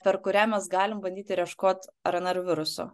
per kurią mes galim bandyt ir ieškot rnr virusų